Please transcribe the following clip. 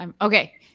Okay